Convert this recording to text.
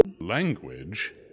Language